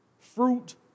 fruit